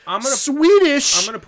Swedish